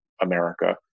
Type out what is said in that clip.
America